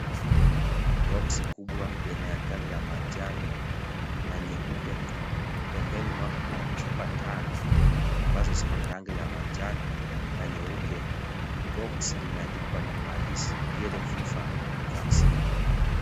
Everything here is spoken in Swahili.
Boxi kubwa yenye rangi ya manjano, na nyeupe. Pembeni mwake kuna chupa tano ambazo ziko na rangi ya manjano na nyeupe. Boxi limeandikwa maandishi Yellow Fever Vaccine .